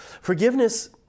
Forgiveness